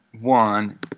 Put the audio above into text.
one